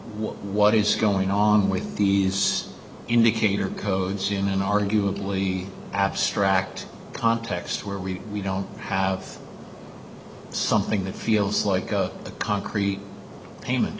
what is going on with these indicator codes in an arguably abstract context where we know how something that feels like a concrete payment